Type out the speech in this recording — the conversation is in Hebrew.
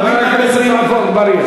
רבים מהבדואים חבר הכנסת עפו אגבאריה,